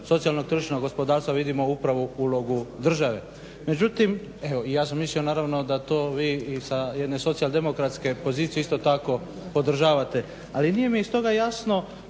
socijalno tržišnog gospodarstva vidimo upravo ulogu države. Međutim, i ja sam mislio naravno da to vi i sa jedne socijaldemokratske pozicije isto tako podržavate, ali nije mi stoga jasno